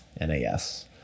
NAS